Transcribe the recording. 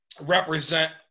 represent